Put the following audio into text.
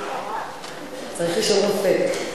צריך לשאול רופא.